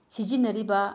ꯁꯤꯖꯤꯟꯅꯔꯤꯕ